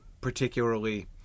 particularly